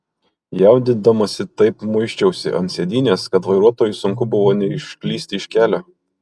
jaudindamasi taip muisčiausi ant sėdynės kad vairuotojui sunku buvo neišklysti iš kelio